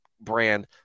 brand